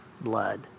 blood